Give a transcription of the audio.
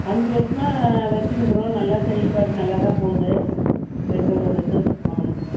அஞ்சு வருஷமாக வெச்சுன்னுக்குறோம் நல்லா செயல்பாடு நல்லாதான் போகுது எந்த ஒரு இதுவும் இல்லை ஆ